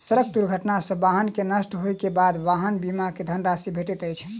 सड़क दुर्घटना सॅ वाहन के नष्ट होइ के बाद वाहन बीमा के धन राशि भेटैत अछि